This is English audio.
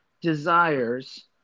desires